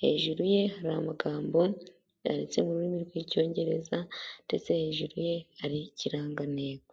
hejuru ye hari amagambo yanditse mu rurimi rw'Icyongereza ndetse hejuru ye hariho ikirangantego.